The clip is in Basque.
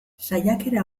saiakera